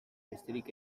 besterik